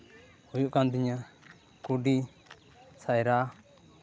ᱦᱩᱭᱩᱜ ᱠᱟᱱ ᱛᱤᱧᱟᱹ ᱠᱩᱰᱤ ᱥᱟᱭᱨᱟ